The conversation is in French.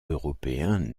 européens